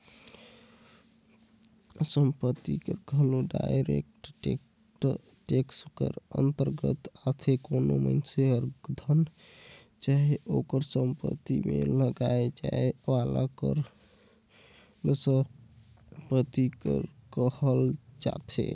संपत्ति कर घलो डायरेक्ट टेक्स कर अंतरगत आथे कोनो मइनसे कर धन चाहे ओकर सम्पति में लगाए जाए वाला कर ल सम्पति कर कहल जाथे